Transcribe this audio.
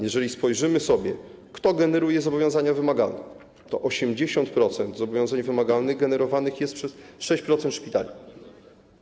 Jeżeli spojrzymy, kto generuje zobowiązania wymagalne, to zobaczymy, że 80% zobowiązań wymagalnych generowanych jest przez 6% szpitali.